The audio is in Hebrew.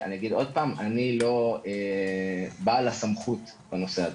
ואני אגיד עוד פעם, אני לא בעל הסמכות בנושא הזה.